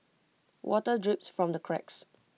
water drips from the cracks